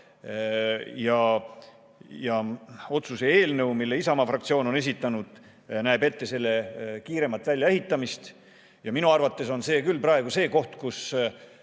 Otsuse eelnõu, mille Isamaa fraktsioon on esitanud, näeb ette selle kiiremat väljaehitamist. Minu arvates on see küll praegu see koht, kus